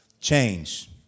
change